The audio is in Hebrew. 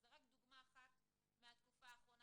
וזה רק דוגמה אחת מהתקופה האחרונה.